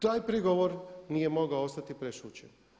Taj prigovor nije mogao ostati prešućen.